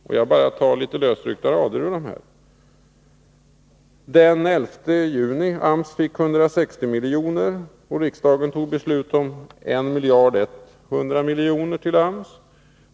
Jag skall bara ta några lösryckta rader ur pressmeddelandena.